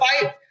fight